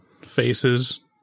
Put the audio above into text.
faces